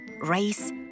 race